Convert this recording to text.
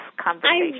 conversation